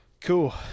Cool